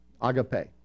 agape